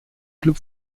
club